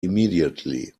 immediately